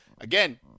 Again